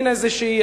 איזה מין,